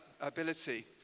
ability